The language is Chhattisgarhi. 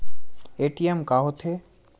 ए.टी.एम का होथे?